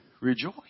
rejoice